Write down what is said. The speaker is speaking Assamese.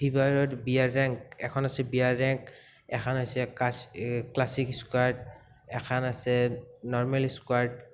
ফ্ৰি ফায়াৰত বি আৰ ৰেংক এখন হৈছে বি আৰ ৰেংক এখন হৈছে ক্লাচিক স্কোৱাৰ্ড এখন আছে নৰ্মেল স্কোৱাৰ্ড